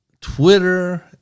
Twitter